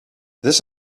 this